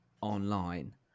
online